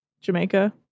Jamaica